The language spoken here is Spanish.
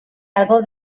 algo